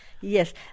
Yes